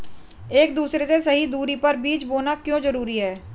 एक दूसरे से सही दूरी पर बीज बोना क्यों जरूरी है?